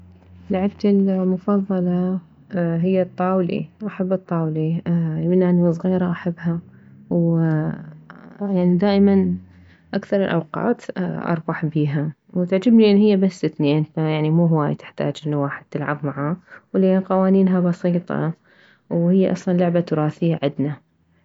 لعبتي المفضلة هي الطاولي احب الطاولي من اني وصغيرة احبها ويعني دائما اكثر الاوقات اربح بيها وتعجبني لان هي بس اثنين فيعني مو هواي يعني تحتاج واحد تلعب معاه ولان قوانينه بسيطة وهي اصلا لعبة تراثية عدنا